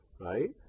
right